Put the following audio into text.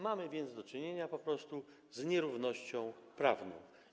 Mamy więc do czynienia po prostu z nierównością prawną.